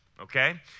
okay